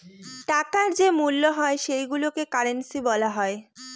টাকার যে মূল্য হয় সেইগুলোকে কারেন্সি বলা হয়